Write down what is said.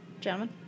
Gentlemen